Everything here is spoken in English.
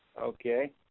Okay